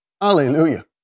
Hallelujah